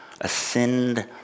ascend